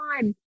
time